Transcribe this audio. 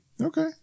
Okay